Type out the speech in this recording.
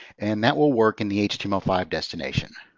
and that will work in the h t m l five destination.